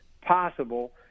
possible